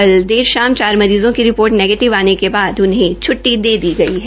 कल देश शाम चार मरीज़ों की रिपोर्ट नेगीटिव आने के बाद उन्हें छ्टटी दे दी गई है